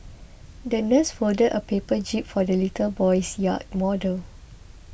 the nurse folded a paper jib for the little boy's yacht model